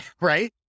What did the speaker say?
right